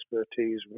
expertise